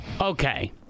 Okay